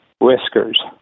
Whiskers